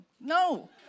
No